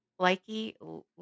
likey